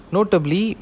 Notably